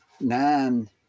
Nine